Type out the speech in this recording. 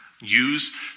use